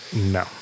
No